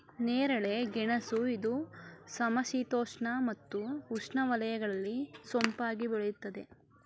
ನೇರಳೆ ಗೆಣಸು ಇದು ಸಮಶೀತೋಷ್ಣ ಮತ್ತು ಉಷ್ಣವಲಯಗಳಲ್ಲಿ ಸೊಂಪಾಗಿ ಬೆಳೆಯುತ್ತದೆ